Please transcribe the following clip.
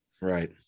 right